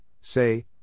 say